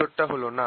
উত্তর টা হল না